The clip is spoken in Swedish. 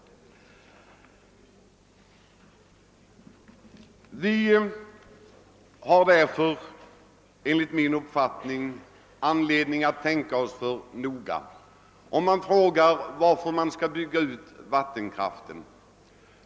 Vi har därför enligt min uppfattning anledning att tänka oss för noga. Man frågar varför man skall bygga ut vattenkraften.